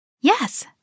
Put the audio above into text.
Yes